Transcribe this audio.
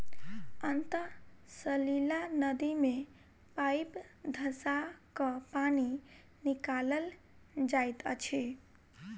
अंतः सलीला नदी मे पाइप धँसा क पानि निकालल जाइत अछि